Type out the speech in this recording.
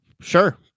sure